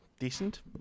decent